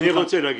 סליחה.